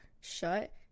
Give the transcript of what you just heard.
shut